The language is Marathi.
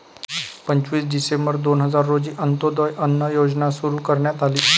पंचवीस डिसेंबर दोन हजार रोजी अंत्योदय अन्न योजना सुरू करण्यात आली